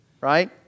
Right